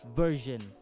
version